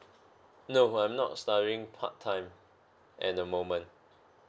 no I'm not studying part time at the moment